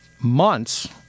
months